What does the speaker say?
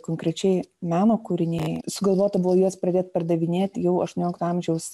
konkrečiai meno kūriniai sugalvota buvo juos pradėt pardavinėti jau aštuoniolikto amžiaus